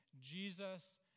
Jesus